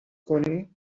کنی